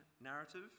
narrative